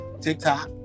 TikTok